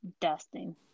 dusting